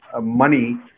money